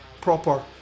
proper